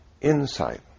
insight